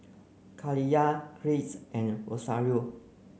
Kaliyah Kirks and Rosario